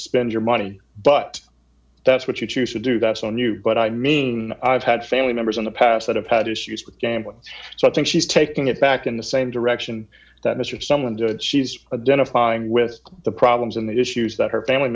spend your money but that's what you choose to do that's on you but i mean i've had family members in the past that have had issues with gambling so i think she's taking it back in the same direction that mr someone did she's a den of trying with the problems in the issues that her family